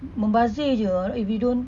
membazir jer if you don't